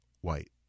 white